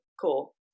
cool